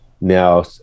now